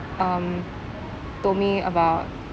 um told me about